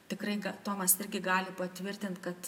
tikrai tomas irgi gali patvirtint kad